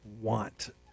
want